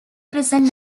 present